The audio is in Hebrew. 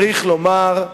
צריך לומר: